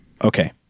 Okay